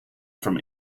from